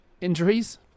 injuries